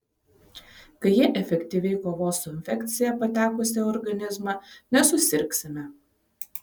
kai jie efektyviai kovos su infekcija patekusia į organizmą nesusirgsime